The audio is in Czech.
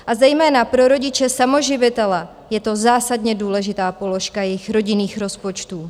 A zejména pro rodiče samoživitele je to zásadně důležitá položka jejich rodinných rozpočtů.